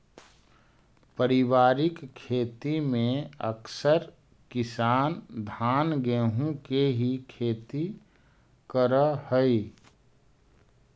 पारिवारिक खेती में अकसर किसान धान गेहूँ के ही खेती करऽ हइ